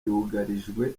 yugarijwe